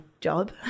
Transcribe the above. job